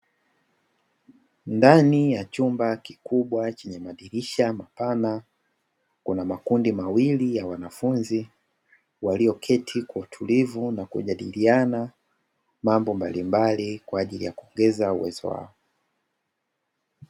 Ndani ya chumba kikubwa chenye madirisha mapana kuna makundi mawili ya wanafunzi waliketi kwa utulivu, na kujadiliana mambo mbalimbali kwa ajili ya kuongeza uwezo wao.